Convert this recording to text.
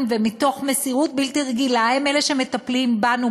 ומתוך מסירות בלתי רגילה הם אלה שמטפלים בנו,